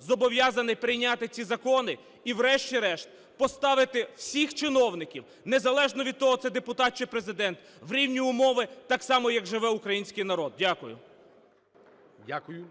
зобов'язаний прийняти ці закони і врешті-решт поставити всіх чиновників незалежно від того, це депутат чи Президент, в рівні умови, так само, як живе український народ. Дякую. ГОЛОВУЮЧИЙ. Дякую.